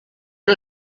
han